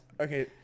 Okay